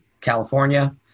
California